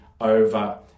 over